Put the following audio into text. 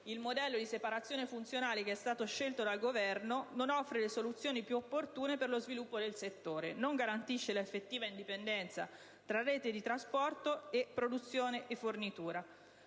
il modello di separazione funzionale che è stato scelto dal Governo, infatti, non offre le soluzioni più opportune per lo sviluppo del settore e non garantisce l'effettiva indipendenza tra rete di trasporto e produzione e fornitura.